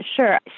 Sure